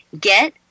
get